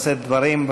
לשאת דברים.